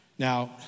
Now